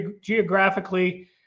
geographically